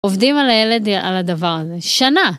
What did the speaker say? עובדים על הדבר הזה שנה.